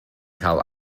cael